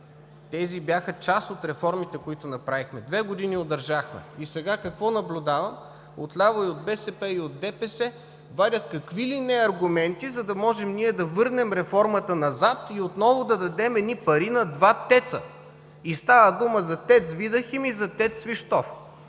бил, бяха част от реформите, които направихме. Две години удържахме и сега какво наблюдавам от ляво – и от БСП, и от ДПС, вадят какви ли не аргументи, за да можем ние да върнем реформата назад и отново да дадем едни пари на два ТЕЦ-а. Става дума за ТЕЦ „Видахим“ и за ТЕЦ „Свищов“.